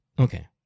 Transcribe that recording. Okay